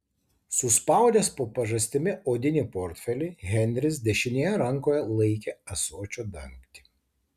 suspaudęs po pažastimi odinį portfelį henris dešinėje rankoje laikė ąsočio dangtį